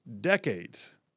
decades